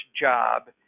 job